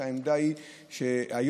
העמדה היא שהיום,